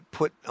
put